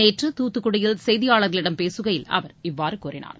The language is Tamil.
நேற்று தூத்துக்குடியில் செய்தியாளர்களிடம் பேசுகையில் அவர் இவ்வாறு கூறினார்